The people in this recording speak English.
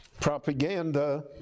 propaganda